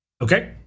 Okay